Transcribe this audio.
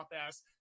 ass